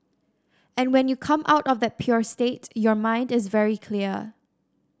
and when you come out of that pure state your mind is very clear